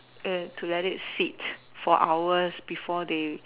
eh to let it sit for hours before they